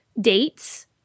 dates